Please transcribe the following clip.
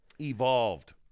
evolved